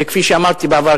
וכפי שאמרתי בעבר,